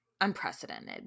unprecedented